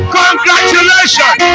congratulations